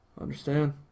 understand